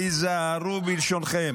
תיזהרו בלשונכם.